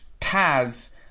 Taz